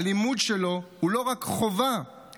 הלימוד שלו הוא לא רק חובה,